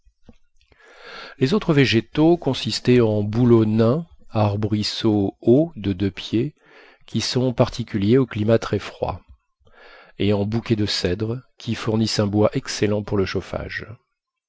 les autres végétaux consistaient en bouleaux nains arbrisseaux hauts de deux pieds qui sont particuliers aux climats très froids et en bouquets de cèdres qui fournissent un bois excellent pour le chauffage